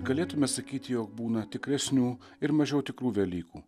galėtume sakyti jog būna tikresnių ir mažiau tikrų velykų